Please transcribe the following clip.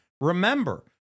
remember